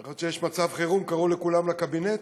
יכול להיות שיש מצב חירום וקראו לכולם לקבינט,